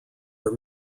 are